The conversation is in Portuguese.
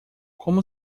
como